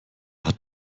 hat